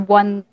one